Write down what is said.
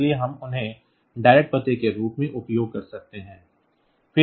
इसलिए हम उन्हें direct पते के रूप में उपयोग कर सकते हैं